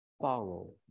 Follow